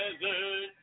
desert